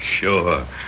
Sure